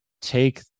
take